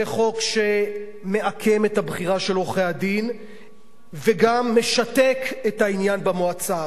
זה חוק שמעקם את הבחירה של עורכי-הדין וגם משתק את העניין במועצה.